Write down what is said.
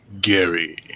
gary